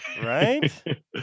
Right